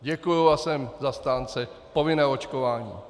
A jsem zastánce povinného očkování.